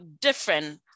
different